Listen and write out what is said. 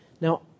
Now